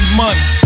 months